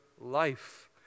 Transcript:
life